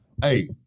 Hey